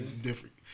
different